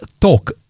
talk